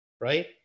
Right